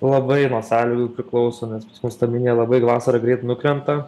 labai nuo sąlygų priklauso nes pas mu tas minija labai vasarą greit nukrenta